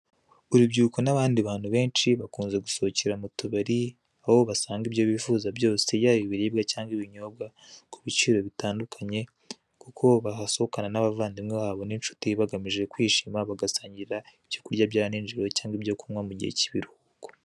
Urubyiruko n'abandi bantu benshi byakunze gusohokera mu tubari, aho basanga ibyo bifuza byose, yaba ibiribwa cyangwa ibinyobwa, ku biciro bitandukanye, kuko bahasohokana n'abavabdimwe babo n'ishuti bagamije kwishima bagasangira ibyo kurya bya nijoro cyangwa ibyo kunywa mu gihe cy'ibiruhuko.